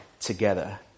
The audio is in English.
together